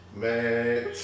man